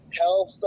health